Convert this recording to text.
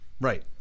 Right